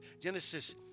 Genesis